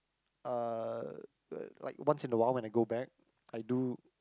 uh like once in awhile when I go back I do